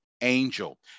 angel